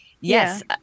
Yes